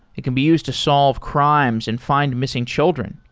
it can be used to solve crimes and find missing children.